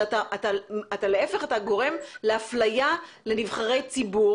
זה להיפך כי אתה גורם לאפליה לנבחרי ציבור